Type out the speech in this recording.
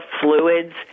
fluids